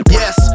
yes